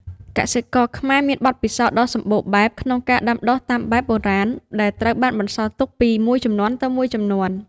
កសិករខ្មែរមានបទពិសោធន៍ដ៏សម្បូរបែបក្នុងការដាំដុះតាមបែបបុរាណ ដែលត្រូវបានបន្សល់ទុកពីមួយជំនាន់ទៅមួយជំនាន់។